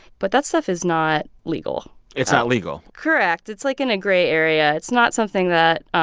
but that stuff is not legal it's not legal correct it's, like, in a gray area. it's not something that,